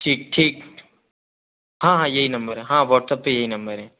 ठीक ठीक हाँ हाँ यही नंबर है हाँ व्हाट्सएप पे यही नंबर है